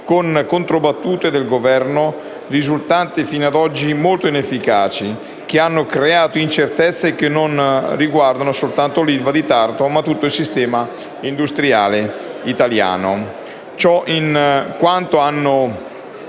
con controbattute del Governo risultate fino ad oggi molto inefficaci e che hanno creato incertezze che non riguardano soltanto l'ILVA di Taranto ma tutto il sistema industriale italiano.